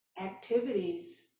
activities